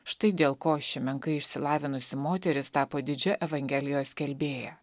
štai dėl ko ši menkai išsilavinusi moteris tapo didžia evangelijos skelbėja